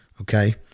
okay